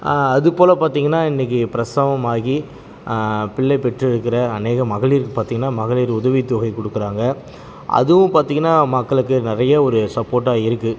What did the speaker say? அது போல் பார்த்திங்கன்னா இன்னைக்கு பிரசவம் ஆகி பிள்ளை பெற்று இருக்கிற அநேக மகளிர்க்கு பார்த்திங்கன்னா மகளிர் உதவி தொகை கொடுக்குறாங்க அதுவும் பார்த்திங்கன்னா மக்களுக்கு நிறைய ஒரு சப்போட்டாக இருக்கு